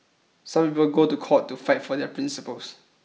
some people go to court to fight for their principles